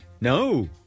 No